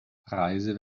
preise